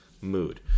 mood